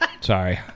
Sorry